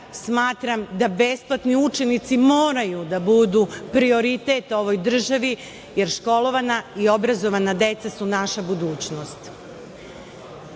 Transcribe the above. smatram da besplatni učenici moraju da budu prioritet ovoj državi, jer školovana i obrazovana deca su naša budućnost. Ono